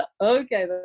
okay